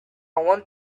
want